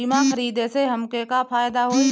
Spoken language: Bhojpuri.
बीमा खरीदे से हमके का फायदा होई?